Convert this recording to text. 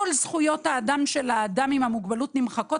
כל זכויות האדם של האדם עם המוגבלות נמחקות